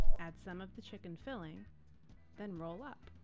add some of the chicken filling then roll up.